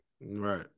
right